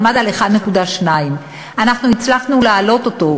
עמד על 1.2. אנחנו הצלחנו להעלות אותו,